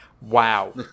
Wow